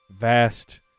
Vast